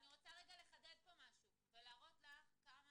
אני יכולה לטעון טענות לכאן,